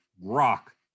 rock